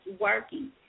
working